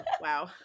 Wow